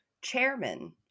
chairman